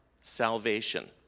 salvation